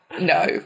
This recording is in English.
No